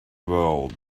world